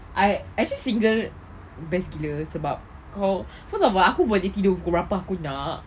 I actually single best gila sebab kau first of all aku boleh tidur pukul berapa aku nak